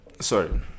Sorry